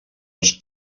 els